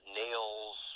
nails